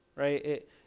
right